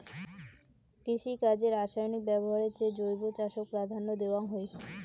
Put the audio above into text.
কৃষিকাজে রাসায়নিক ব্যবহারের চেয়ে জৈব চাষক প্রাধান্য দেওয়াং হই